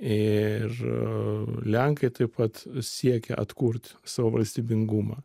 ir lenkai taip pat siekia atkurt savo valstybingumą